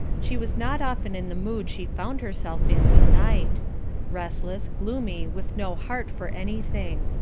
she was not often in the mood she found herself in tonight restless, gloomy, with no heart for anything.